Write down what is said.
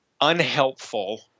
unhelpful